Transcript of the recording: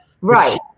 Right